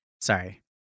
Sorry